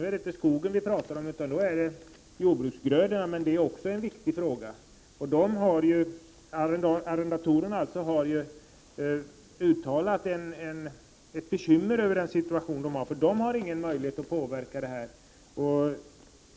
Då är det inte skogen vi talar om utan om jordbruksgrödorna, men det är också en viktig fråga. Arrendatorerna har uttalat oro över sin situation. De har ingen möjlighet att påverka detta.